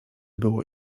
było